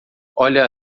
olha